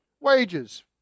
Wages